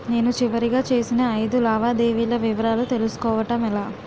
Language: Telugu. నేను చివరిగా చేసిన ఐదు లావాదేవీల వివరాలు తెలుసుకోవటం ఎలా?